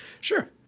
Sure